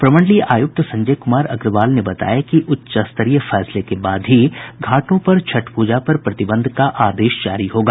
प्रमंडलीय आयुक्त संजय कुमार अग्रवाल ने बताया कि उच्च स्तरीय फैसले के बाद ही घाटों पर छठ प्रजा पर प्रतिबंध का आदेश जारी होगा